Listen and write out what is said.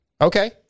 Okay